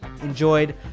enjoyed